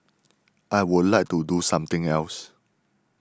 I would like to do something else